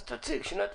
אז תאמר שנתיים.